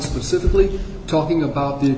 specifically talking about the